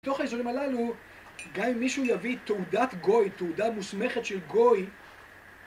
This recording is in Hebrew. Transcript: בתוך האזורים הללו, גם אם מישהו יביא תעודת גוי, תעודה מוסמכת של גוי